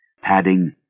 padding